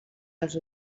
dels